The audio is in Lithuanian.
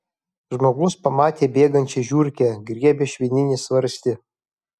žmogus pamatė bėgančią žiurkę griebia švininį svarstį